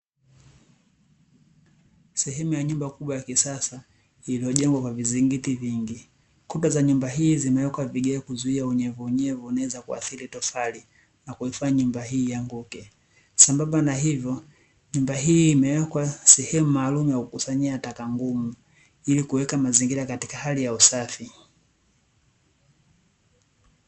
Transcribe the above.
Sehemu ya nyumba kubwa ya kisasa iliyojengwa kwa vizingiti vingi, kuta za nyumba hii zimewekwa vigae kuzuia unyevunyevu unaoweza kuathiri tofali na kuifanya nyumba hii ianguke, sambamba na hivyo nyumba hii imewekwa sehemu maalumu yakukusanyia taka ngumu, ilikuweka mazingira katika hali ya usafi.